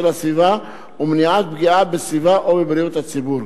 הסביבה ולמניעת פגיעה בסביבה או בבריאות הציבור.